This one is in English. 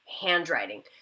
handwriting